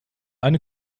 eine